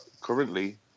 currently